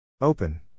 Open